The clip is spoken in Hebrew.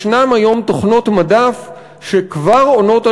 ישנן היום תוכנות מדף שכבר עונות על